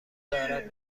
دارد